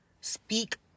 speak